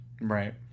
Right